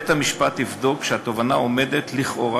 בית-המשפט יבדוק שהתובענה עומדת לכאורה